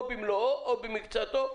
או במלואו או במקצתו.